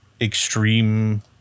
extreme